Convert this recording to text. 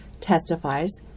testifies